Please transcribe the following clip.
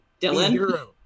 Dylan